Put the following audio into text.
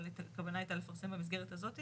אבל הכוונה היתה לפרסם במסגרת הזאת,